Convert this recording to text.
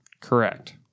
Correct